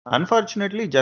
Unfortunately